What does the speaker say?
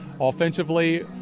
offensively